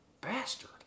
bastard